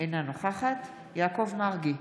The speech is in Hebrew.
אינה נוכחת יעקב מרגי,